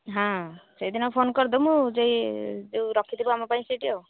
ହଁ ସେଇଦିନ ଫୋନ୍ କରିଦବୁ ଯେ ଯେଉଁ ରଖିଥିବ ଆମ ପାଇଁ ସେଇଠି ଆଉ